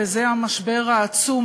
וזה המשבר העצום,